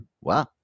Wow